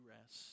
rest